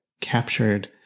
captured